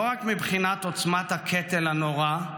לא רק מבחינת עוצמת הקטל הנורא,